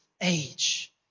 age